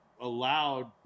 allowed